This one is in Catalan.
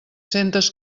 centes